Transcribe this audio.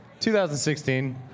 2016